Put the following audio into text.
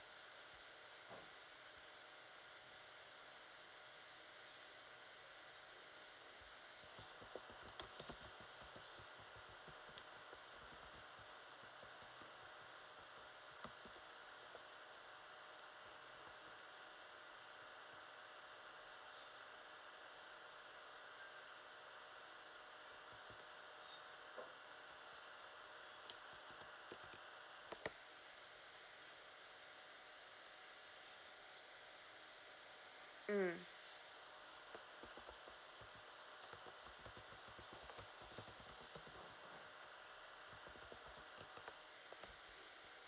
mm